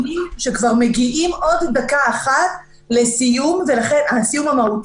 -- אלה הדיונים שמגיעים עוד דקה אחת לסיום המהותי,